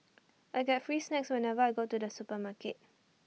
I get free snacks whenever I go to the supermarket